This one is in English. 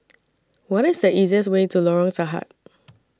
What IS The easiest Way to Lorong Sarhad